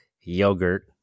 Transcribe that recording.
yogurt